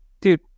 Dude